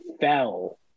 fell